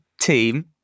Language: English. team